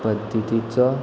पद्दतीचो